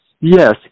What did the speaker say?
Yes